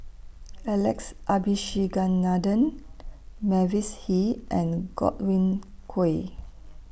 Alex Abisheganaden Mavis Hee and Godwin Koay